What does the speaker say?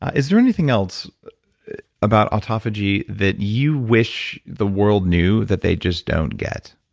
is there anything else about autophagy that you wish the world knew that they just don't get?